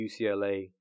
UCLA